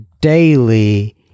Daily